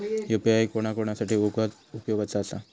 UPI कोणा कोणा साठी उपयोगाचा आसा?